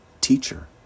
teacher